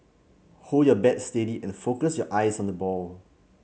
hold your bat steady and focus your eyes on the ball